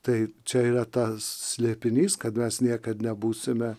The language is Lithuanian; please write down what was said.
tai čia yra tas slėpinys kad mes niekad nebūsime